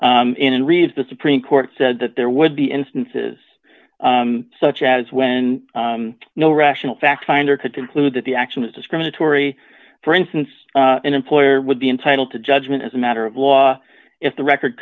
dollars in and reads the supreme court said that there would be instances such as when no rational fact finder could conclude that the action was discriminatory for instance an employer would be entitled to judgment as a matter of law if the record